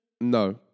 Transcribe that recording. No